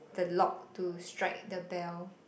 the log to strike the bell